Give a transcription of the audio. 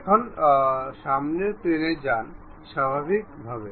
এখন সামনের প্লেনে যান স্বাভাবিক ভাবে